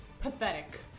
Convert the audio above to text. Pathetic